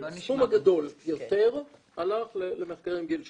הסכום הגדול יותר הלך למחקרים גיל שלישי.